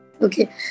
okay